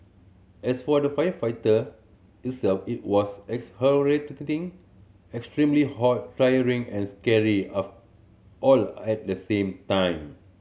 as for the firefighting itself it was extremely hot tiring and scary all at the same time